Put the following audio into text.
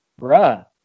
bruh